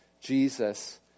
Jesus